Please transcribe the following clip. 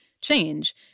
change